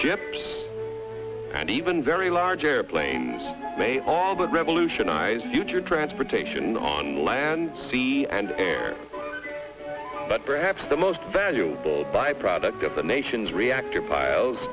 ships and even very large airplanes may all but revolutionized future transportation on land sea and air but perhaps the most valuable byproduct of the nation's reactor piles